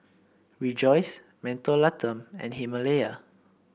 Rejoice Mentholatum and Himalaya